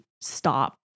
stop